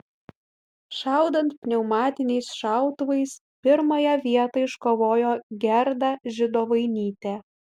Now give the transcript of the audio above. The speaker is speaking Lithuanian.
šaudant pneumatiniais šautuvais pirmąją vietą iškovojo gerda židovainytė